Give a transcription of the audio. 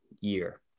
year